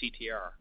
CTR